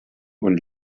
und